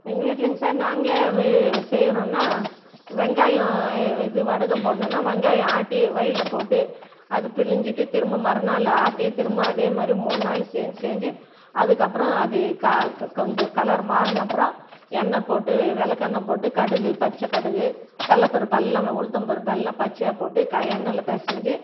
எங்கள் வீட்டிலிங்க சார் நாங்களே வி செய்கிறோன்னா வெங்காயம் இது வடகம் போடணுன்னா வெங்காயம் ஆட்டி வெயில்ல போட்டு அது பிழிஞ்சிவிட்டு திரும்ப மறுநாள் ஆட்டி திரும்ப அதே மாதிரி மூணு நாள் செஞ்சி செஞ்சி அதுக்கப்புறம் அது கா க கொஞ்சம் கலர் மாறுனப்புறம் எண்ணய் போட்டு வெளக்கெண்ணய் போட்டு கடுகு பச்சை கடுகு கடலப்பருப்பு எல்லாமே உளுத்தம்பருப்பு எல்லாம் பச்சையாக போட்டு க எண்ணெய்ல பிசஞ்சி